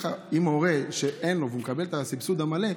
שאם להורה אין והוא מקבל את הסבסוד המלא,